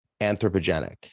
anthropogenic